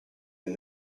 and